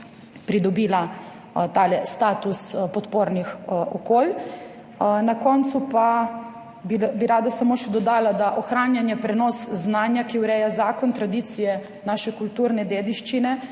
pridobila ta status podpornih okolij. Na koncu pa bi rada samo še dodala, da ohranjanje, prenos znanja, ki ureja zakon tradicije naše kulturne dediščine.